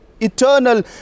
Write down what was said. eternal